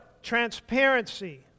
transparency